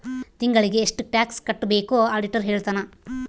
ತಿಂಗಳಿಗೆ ಎಷ್ಟ್ ಟ್ಯಾಕ್ಸ್ ಕಟ್ಬೇಕು ಆಡಿಟರ್ ಹೇಳ್ತನ